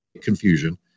confusion